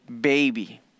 baby